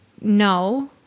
no